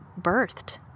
birthed